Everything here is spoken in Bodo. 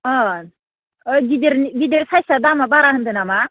अह ओइ गिदिर गिदिर साइसआ दामा बारा होन्दों नामा